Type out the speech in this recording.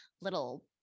little